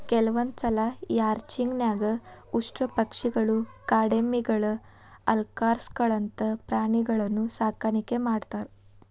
ಕೆಲವಂದ್ಸಲ ರ್ಯಾಂಚಿಂಗ್ ನ್ಯಾಗ ಉಷ್ಟ್ರಪಕ್ಷಿಗಳು, ಕಾಡೆಮ್ಮಿಗಳು, ಅಲ್ಕಾಸ್ಗಳಂತ ಪ್ರಾಣಿಗಳನ್ನೂ ಸಾಕಾಣಿಕೆ ಮಾಡ್ತಾರ